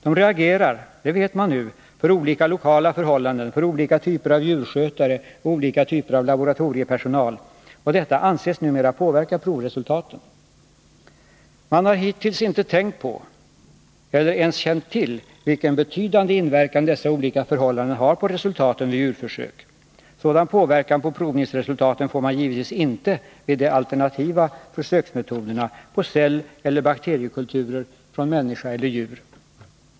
De reagerar — det vet man nu — för olika lokala förhållanden, för olika typer av djurskötare och olika typer av laboratoriepersonal, och detta anses numera påverka provresultaten. Man har hittills inte tänkt på — eller ens känt till — vilken betydande inverkan dessa olika förhållanden har på resultaten vid djurförsök. Sådan påverkan på provningsresultaten får man givetvis inte vid de alternativa försöksmetoderna på celleller bakteriekulturer från människa eller djur.